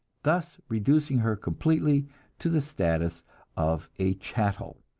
thus reducing her completely to the status of a chattel.